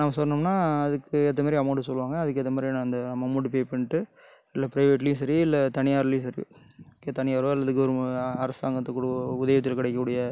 நம்ம சொன்னோம்னா அதுக்கு ஏத்தமாரி அமௌண்டு சொல்லுவாங்க அதுக்கேற்ற மாதிரியான அந்த அம் அமௌண்டு பே பண்ணிட்டு இதில் ப்ரைவேட்லியும் சரி இல்லை தனியார்லையும் சரி கே தனியாரோ அல்லது கவுர்மெ அரசாங்கத்து கூட ஊதியத்தில் கிடைக்கக்கூடிய